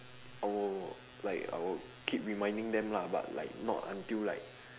oh like I will keep reminding them lah but like not until like